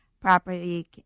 property